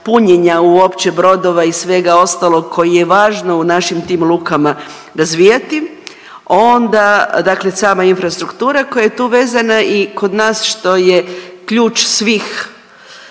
punjenja uopće brodova i svega ostalog koji je važno u našim tim lukama razvijati, onda dakle sama infrastruktura koja je tu vezana i kod nas što je ključ svih